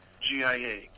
gia